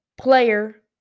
player